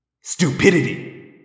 Stupidity